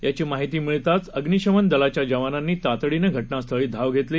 याचीमाहितीमिळताचअग्निशमनदलाच्याजवानांनीतातडीनंघटनास्थळीधावघेतली